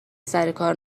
سرکار